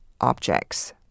objects